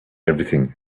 everything